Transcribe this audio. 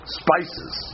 spices